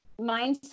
mindset